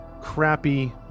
crappy